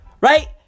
Right